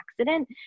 accident